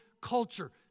culture